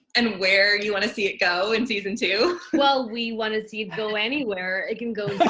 and where you want to see it go in season two. well, we want to see it go anywhere it can go to.